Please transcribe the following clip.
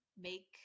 Make